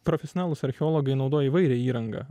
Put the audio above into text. profesionalūs archeologai naudoja įvairią įrangą